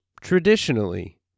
Traditionally